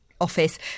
office